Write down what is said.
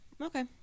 Okay